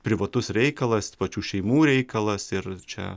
privatus reikalas pačių šeimų reikalas ir čia